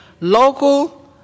local